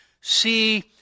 See